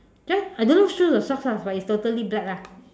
just I don't know shoes or socks ah but it's totally black ah